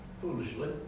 Foolishly